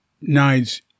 nice